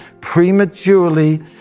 prematurely